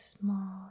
small